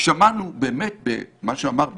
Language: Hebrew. שמענו באמת את מה שאמר מרקו,